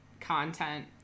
content